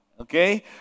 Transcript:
Okay